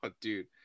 dude